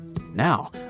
Now